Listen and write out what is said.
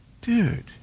dude